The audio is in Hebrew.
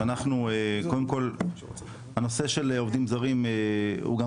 שר הרווחה, שעושה גם